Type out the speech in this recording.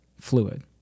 fluid